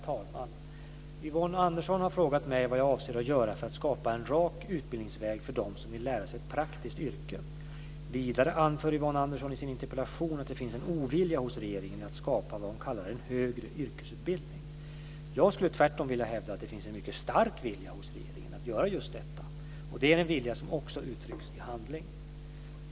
Herr talman! Yvonne Andersson har frågat mig vad jag avser att göra för att skapa en rak utbildningsväg för dem som vill lära sig ett praktiskt yrke. Vidare anför Yvonne Anderson i sin interpellation att det finns en ovilja hos regeringen att skapa vad hon kallar en högre yrkesutbildning. Jag skulle tvärtom vilja hävda att det finns en mycket stark vilja hos regeringen att göra just detta, och det är en vilja som också uttrycks i handling.